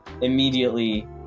immediately